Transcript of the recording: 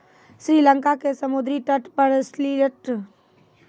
श्री लंका के समुद्री तट पर स्टिल्ट तरीका सॅ मछली पकड़लो जाय छै